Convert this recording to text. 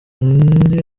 undi